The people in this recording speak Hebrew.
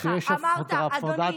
אמרת, אדוני.